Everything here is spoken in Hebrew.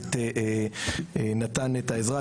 שבהחלט נתן את העזרה.